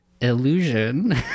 illusion